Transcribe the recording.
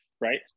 Right